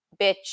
bitch